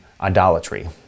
idolatry